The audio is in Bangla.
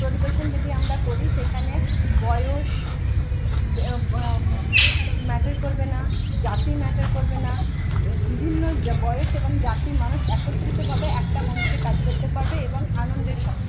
পরিবেশন যদি আমরা করি সেখানে বয়স ম্যাটার করবে না জাতি ম্যাটার করবে না বিভিন্ন বয়স এবং জাতির মানুষ একত্রিতভাবে একটা মঞ্চে কাজ করতে পারবে এবং আনন্দের সাথে